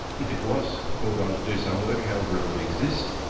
if it was called on to do some work, however it would exist,